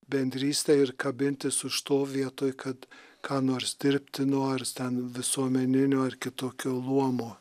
bendrystė ir kabintis už to vietoj kad ką nors dirbti nors ten visuomeniniu ar kitokiu luomo